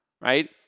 right